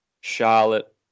Charlotte